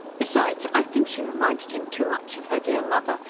besides, i think she reminded him too much of her dear mother.